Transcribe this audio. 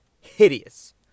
Hideous